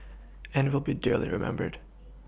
and will be dearly remembered